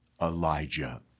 Elijah